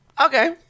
Okay